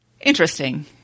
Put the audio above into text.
interesting